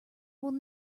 will